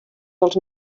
dels